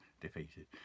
defeated